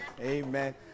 Amen